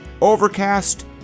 Overcast